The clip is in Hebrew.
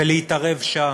ולהתערב שם,